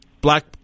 Black